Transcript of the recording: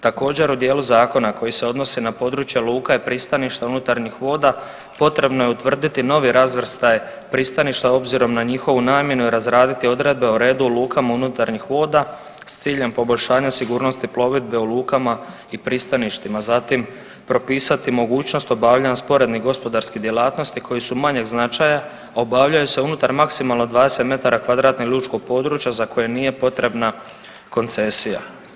Također u dijelu zakona koji se odnosi na područja luka i pristaništa unutarnjih voda potrebno je utvrditi novi razvrstaj pristaništa obzirom na njihovu namjenu i razraditi odredbe o redu luka unutarnjih voda s ciljem poboljšanja sigurnosti plovidbe u lukama i pristaništima, zatim propisati mogućnost obavljanja sporednih gospodarskih djelatnosti koje su manjeg značaja, a obavljaju se unutar maksimalno 20m2 lučkog područje za koje nije potrebna koncesija.